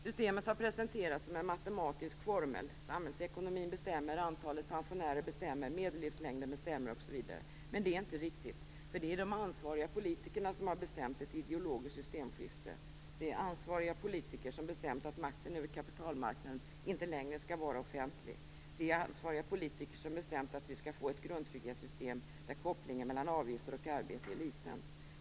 Systemet har presenterats som en matematisk formel: Samhällsekonomin bestämmer, antalet pensionärer bestämmer, medellivslängden bestämmer osv. Men det är inte riktigt. Det är de ansvariga politikerna som har bestämt ett ideologiskt systemskifte. Det är ansvariga politiker som bestämt att makten över kapitalmarknaden inte längre skall vara offentlig. Det är ansvariga politiker som bestämt att vi skall få ett grundtrygghetssystem där kopplingen mellan avgifter och arbete är liten.